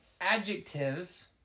adjectives